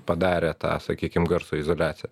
padarė tą sakykim garso izoliaciją